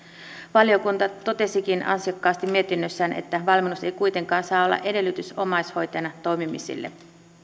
valiokunta totesikin ansiokkaasti mietinnössään että valmennus ei kuitenkaan saa olla edellytys omaishoitajana toimimiselle